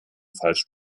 falsch